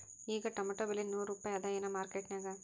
ಈಗಾ ಟೊಮೇಟೊ ಬೆಲೆ ನೂರು ರೂಪಾಯಿ ಅದಾಯೇನ ಮಾರಕೆಟನ್ಯಾಗ?